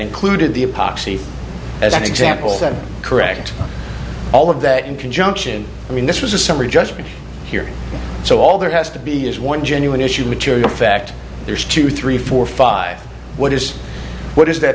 included the a poxy as an example that correct all of that in conjunction i mean this was a summary judgment here so all there has to be is one genuine issue of material fact there's two three four five what is what does that